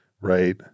Right